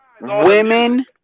Women